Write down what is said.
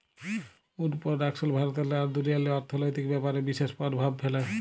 would পরডাকশল ভারতেল্লে আর দুনিয়াল্লে অথ্থলৈতিক ব্যাপারে বিশেষ পরভাব ফ্যালে